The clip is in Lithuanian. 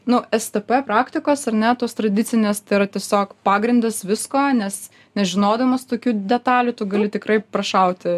nu stp praktikos ar ne tos tradicinės tai yra tiesiog pagrindas visko nes nežinodamas tokių detalių tu gali tikrai prašauti